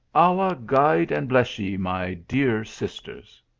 allah guide and bless ye, my dear sis ters!